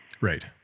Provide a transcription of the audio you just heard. Right